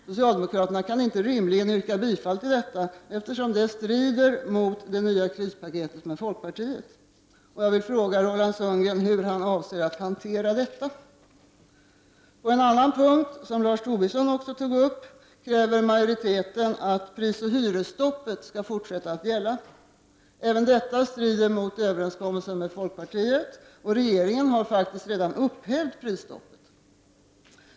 Socialdemokraterna kan inte rimligen yrka bifall till detta, eftersom det strider mot det nya krispaketet som de kommit överens om med folkpartiet. Jag vill gärna fråga hur Roland Sundgren avser att hantera detta. På en annan punkt — som Lars Tobisson också tog upp — kräver majoriteten att prisoch hyresstoppet skall fortsätta att gälla. Även detta strider mot överenskommelsen med folkpartiet, och regeringen har faktiskt redan upphävt prisstoppet.